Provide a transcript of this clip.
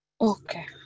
Okay